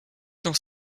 dans